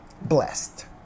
blessed